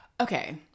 Okay